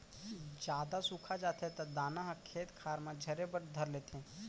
जादा सुखा जाथे त दाना ह खेत खार म झरे बर धर लेथे